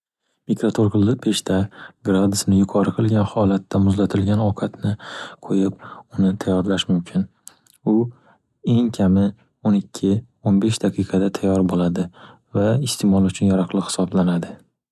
Mikroto'lqinli pechda gradusni yuqori qilgan holatda muzlatilgan ovqatni qo'yib uni tayyorlash mumkin. U eng kami o'n ikki - o'n besh daqiqada tayyor bo'ladi va isteʼmol uchun yaroqli hisoblanadi.